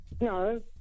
No